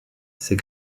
c’est